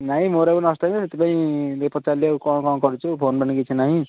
ନାଇଁ ମୋର ଏବେ ନଷ୍ଟ ହେଇଯିବ ସେଥିପାଇଁ ତୋତେ ପଚାରିଲି ଆଉ କ'ଣ କ'ଣ କରିଛୁ ଫୋନ୍ଫାନ୍ କିଛି ନାହିଁ